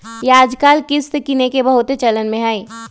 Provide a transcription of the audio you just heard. याजकाल किस्त किनेके बहुते चलन में हइ